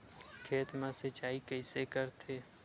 खेत मा सिंचाई कइसे करथे?